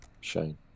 Shane